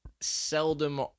seldom